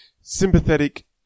sympathetic